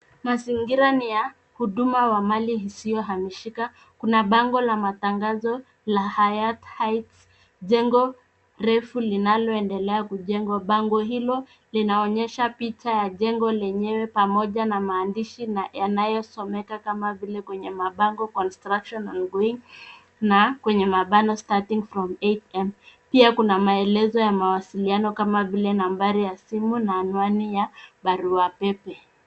Mazingira ni huduma wa mali isiyohamishika. Kuna bango la matangazo la Hyatt Heights, jengo refu linaloendelea kujengwa. Bango hilo linaonyesha picha ya jengo lenyewe pamoja na maandishi yanasomeka kama vile kwenye mabano construction ongoing na kwenye mabano starting from eight M . Pia kuna maelezo ya mawasiliano kama vile nambari ya simu na anwani ya barua pepe.